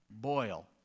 boil